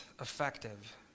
effective